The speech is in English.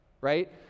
right